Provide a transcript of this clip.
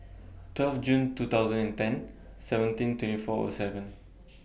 twelve June two thousand and ten seventeen twenty four O seven